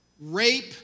Rape